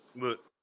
look